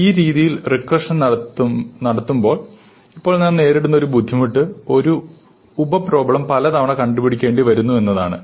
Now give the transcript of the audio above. ഈ രീതിയിൽ റിക്കർഷൻ നടത്തുമ്പോൾ ഇപ്പോൾ നാം നേരിടുന്ന ഒരു ബുദ്ധിമുട്ട് ഒരേ ഉപ പ്രോബ്ളം പലതവണ കണ്ടുപിടിക്കേണ്ടി വരുന്നു എന്നതാണ്